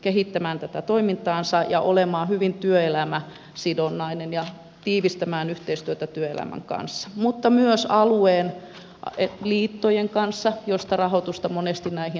kehittämään tätä toimintaansa ja olemaan hyvin työelämäsidonnainen ja tiivistämään yhteistyötä työelämän kanssa mutta myös alueen liittojen kanssa joista rahoitusta monesti näihin haetaan